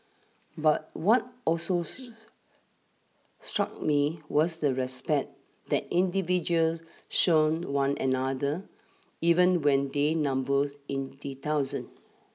but one also struck me was the respect that individuals shown one another even when they numbers in the thousands